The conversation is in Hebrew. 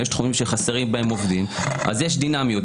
יש תחומים שחסרים בהם עובדים אז יש דינמיות.